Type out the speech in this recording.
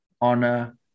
honor